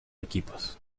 equipos